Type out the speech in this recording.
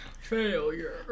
Failure